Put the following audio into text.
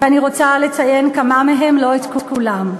ואני רוצה לציין כמה מהם, לא את כולם.